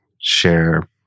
share